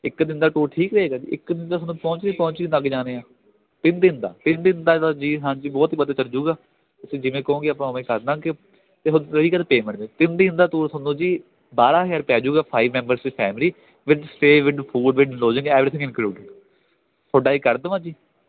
ਇੱਕ ਦਿਨ ਦਾ ਟੂਰ ਠੀਕ ਰਹੇਗਾ ਇੱਕ ਦਿਨ ਤਾਂ ਸਾਨੂੰ ਪਹੁੰਚਦੇ ਪਹੁੰਚਦੇ ਲੱਗ ਜਾਣੇ ਆ ਤਿੰਨ ਦਿਨ ਦਾ ਤਿੰਨ ਦਿਨ ਦਾ ਤਾਂ ਜੀ ਹਾਂਜੀ ਬਹੁਤ ਹੀ ਮਦਦ ਕਰ ਜਾਊਗਾ ਤੁਸੀਂ ਜਿਵੇਂ ਕਹੋਂਗੇ ਆਪਾਂ ਉਵੇਂ ਕਰ ਦਾਂਗੇ ਅਤੇ ਰਹੀ ਗੱਲ ਪੇਮੈਂਟ ਦੀ ਤਿੰਨ ਦਿਨ ਦਾ ਟੂਰ ਤੁਹਾਨੂੰ ਜੀ ਬਾਰਾਂ ਹਜ਼ਾਰ ਪੈ ਜੂਗਾ ਫਾਈਵ ਮੈਂਬਰਸ ਦੀ family with stay with food lodging everything include ਤੁਹਾਡਾ ਇਹ ਕਰ ਦੇਵਾਂ ਜੀ